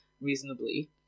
reasonably